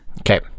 Okay